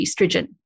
estrogen